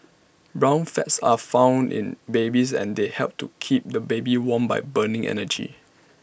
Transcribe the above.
brown fats are found in babies and they help to keep the baby warm by burning energy